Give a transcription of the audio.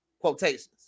quotations